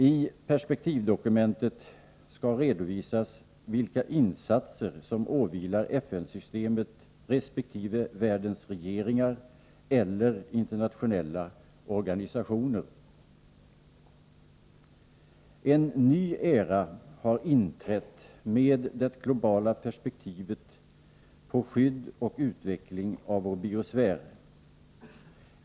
I perspektivdokumentet skall redovisas vilka insatser som åvilar FN-systemet resp. världens regeringar eller internationella organisationer. En ny era har inträtt med det globala perspektivet på skydd och utveckling av vår biosfär.